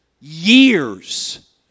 years